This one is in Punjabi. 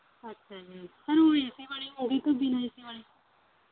ਅੱਛਾ ਜੀ ਸਰ ਉਹ ਏ ਸੀ ਵਾਲੀ ਹੋਵੇਗੀ ਕਿ ਬਿਨ੍ਹਾਂ ਏ ਸੀ ਵਾਲੀ